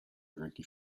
drinking